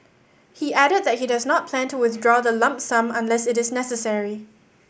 he added that he does not plan to withdraw the lump sum unless it is necessary